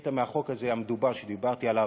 קטע מהחוק הזה המדובר, שדיברתי עליו,